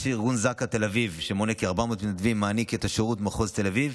ארגון זק"א תל אביב מונה כ-400 מתנדבים ומעניק את השירות במחוז תל אביב.